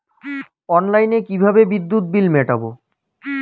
অনলাইনে কিভাবে বিদ্যুৎ বিল মেটাবো?